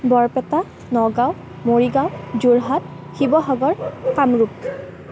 Barpeta Nagaon Morigaon Jorhat Sivasagar Kamrup